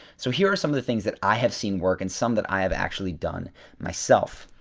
so here are some of the things that i have seen work and some that i have actually done myself.